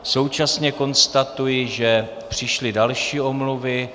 Současně konstatuji, že přišly další omluvy.